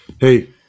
hey